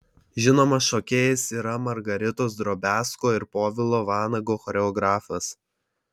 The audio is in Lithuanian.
žinomas šokėjas yra margaritos drobiazko ir povilo vanago choreografas